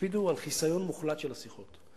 הקפידו על חיסיון מוחלט של השיחות.